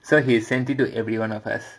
so he sent it to everyone of us